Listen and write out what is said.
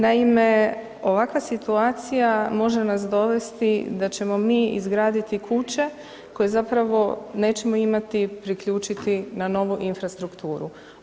Naime, ovakva situacija može nas dovesti da ćemo mi izgradi kuće koje zapravo nećemo imati priključiti na novu infrastrukturu.